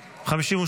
נתקבלה.